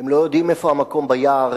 הם לא יודעים איפה המקום ביער,